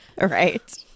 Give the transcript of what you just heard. Right